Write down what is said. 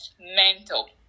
mental